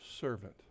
servant